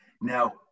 Now